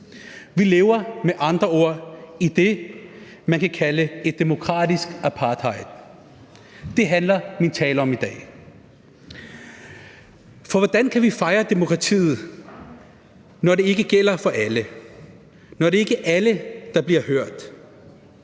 Vi lever med andre ord i det, man kan kalde et demokratisk apartheid. Det handler min tale om i dag. For hvordan kan vi fejre demokratiet, når det ikke gælder for alle, når det ikke er alle, der bliver hørt?